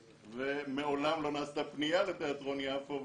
ומעולם לא נעשתה פנייה לתיאטרון יפו.